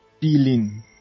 feeling